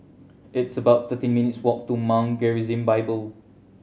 it's about thirteen minutes' walk to Mount Gerizim Bible